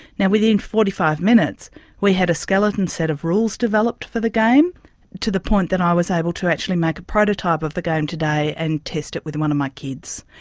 yeah within forty five minutes we had a skeleton set of rules developed for the game to the point that i was able to actually make a prototype of the game today and test it with one of my kids.